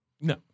No